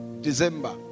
December